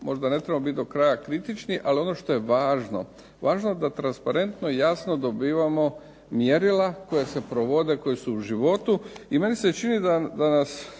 možda ne trebamo biti do kraja kritični, ali ono što je važno, važno da transparentno i jasno dobivamo mjerila koja se provode, koja su u životu i meni se čini da nas